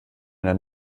einer